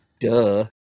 duh